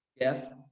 yes